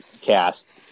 cast